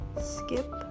skip